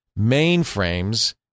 Mainframes